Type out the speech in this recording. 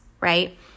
right